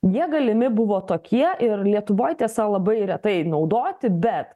jie galimi buvo tokie ir lietuvoj tiesa labai retai naudoti bet